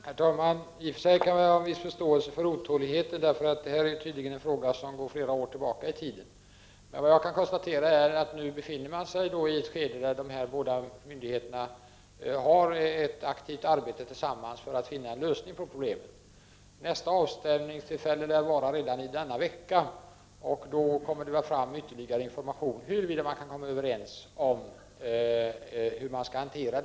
Herr talman! Jag kan i och för sig ha en viss förståelse för otåligheten, eftersom denna fråga tydligen går flera år tillbaka i tiden. Vad jag nu kan konstatera är att läget nu är det att de båda myndigheterna tillsammans bedriver ett aktivt arbete för att finna en lösning på problemet. Nästa avstämningstillfälle lär vara redan i denna vecka, och då kommer det troligen fram ytterligare information om huruvida man kan komma överens om den fortsatta hanteringen.